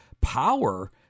power